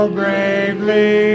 bravely